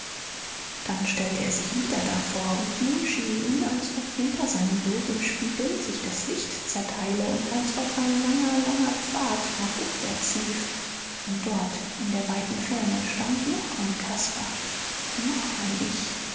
dann stellte er sich wieder davor und nun schien ihm als ob hinter seinem bild im spiegel sich das licht zerteile und als ob ein langer langer pfad nach rückwärts lief und dort in der weiten ferne stand noch ein caspar noch ein ich